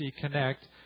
Connect